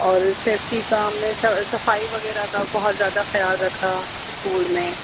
اور سیفٹی کا ہم نے صفائی وغیرہ کا بہت زیادہ خیال رکھا اسکول میں